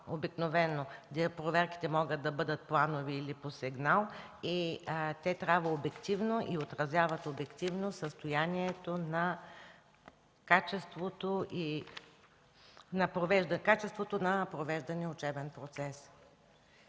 обикновено проверките могат да бъдат планови или по сигнал. Те трябва и отразяват обективно състоянието на качеството на провеждания учебен процес.